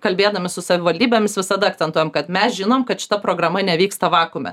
kalbėdami su savivaldybėmis visada akcentuojam kad mes žinom kad šita programa nevyksta vakuume